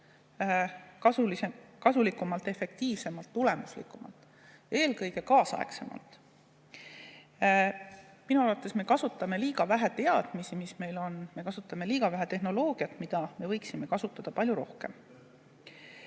kasulikumalt, efektiivsemalt, tulemuslikumalt, eelkõige kaasaegsemalt. Minu arvates me kasutame liiga vähe teadmisi, mis meil on. Me kasutame liiga vähe tehnoloogiat, me võiksime seda kasutada palju rohkem.